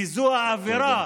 כי זו האווירה.